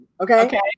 Okay